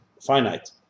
finite